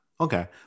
Okay